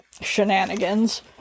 shenanigans